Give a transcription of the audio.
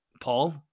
Paul